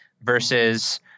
versus